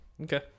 Okay